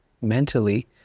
mentally